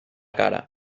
cara